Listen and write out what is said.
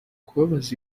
kubabaza